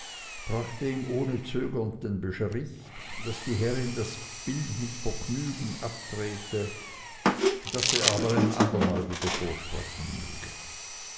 brachte ihm ohne zögern den bericht daß die herrin das bild mit vergnügen abtrete daß er aber ein andermal wieder vorsprechen möge